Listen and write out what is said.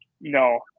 no